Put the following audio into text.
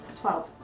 twelve